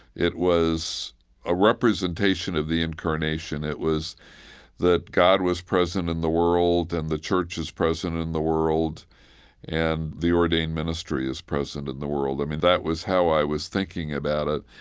it was a representation of the incarnation, it was that god was present in the world and the church is present in the world and the ordained ministry is present in the world. i mean, that was how i was thinking about it.